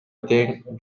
тең